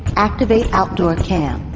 activate outdoor cam.